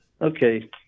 okay